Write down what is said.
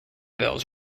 bills